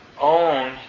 own